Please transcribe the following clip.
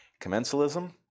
Commensalism